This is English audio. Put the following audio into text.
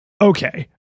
okay